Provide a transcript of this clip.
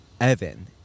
Evan